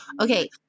Okay